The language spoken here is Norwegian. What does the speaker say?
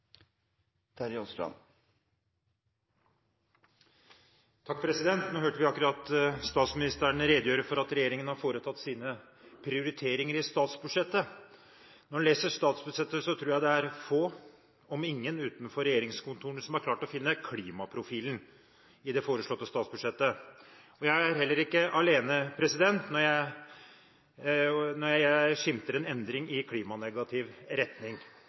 Nå hørte vi akkurat statsministeren redegjøre for at regjeringen har foretatt sine prioriteringer i statsbudsjettet. Når en leser det foreslåtte statsbudsjettet, tror jeg det er få utenfor regjeringskontorene – om noen – som har klart å finne klimaprofilen i det. Jeg er heller ikke alene når jeg skimter en endring i klimanegativ retning.